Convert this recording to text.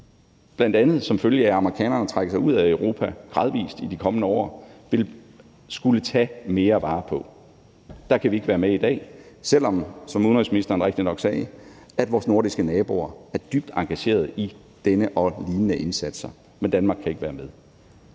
bl.a. som følge af, at amerikanerne gradvis trækker sig ud af Europa i de kommende år, vil skulle tage mere vare på. Der kan vi ikke være med i dag, selv om – som udenrigsministeren rigtigt nok sagde – vores nordiske naboer er dybt engagerede i denne og lignende indsatser. Men Danmark kan ikke være med.